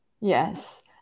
Yes